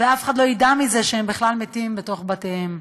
ואף אחד לא ידע בכלל שהם מתים בתוך ביתם.